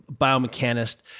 biomechanist